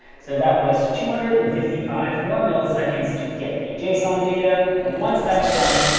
so that was two hundred and fifty five more milliseconds to get the json data. and once that's done,